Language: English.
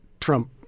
Trump